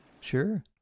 Sure